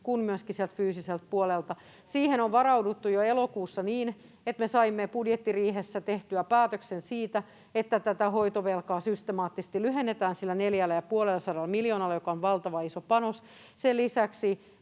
kuin myöskin fyysiseltä puolelta. Siihen on varauduttu jo elokuussa niin, että me saimme budjettiriihessä tehtyä päätöksen siitä, että hoitovelkaa systemaattisesti lyhennetään 450 miljoonalla, joka on valtavan iso panos. Sen lisäksi